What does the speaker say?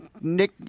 Nick